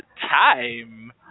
time